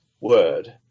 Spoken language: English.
word